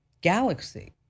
Galaxy